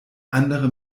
andere